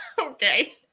okay